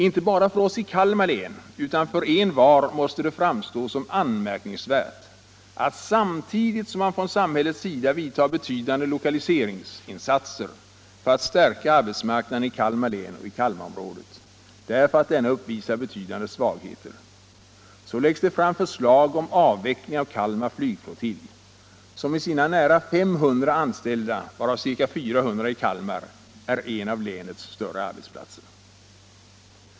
Inte bara för oss i Kalmar län utan också för envar måste det framstå som anmärkningsvärt att — samtidigt som samhället vidtar betydande lokaliseringsinsatser för att stärka arbetsmarknaden i Kaimar län och inom Kalmarområdet därför att denna uppvisar betydande svagheter — det läggs fram förslag om avveckling av Kalmar flygflottilj, som med sina nära 500 anställda, varav ca 400 bor i Kalmar, är en av länets större arbetsplatser.